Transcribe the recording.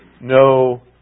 no